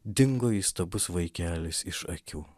dingo įstabus vaikelis iš akių